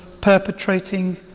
perpetrating